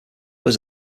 was